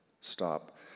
stop